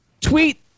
Tweet